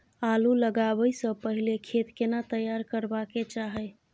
आलू लगाबै स पहिले खेत केना तैयार करबा के चाहय?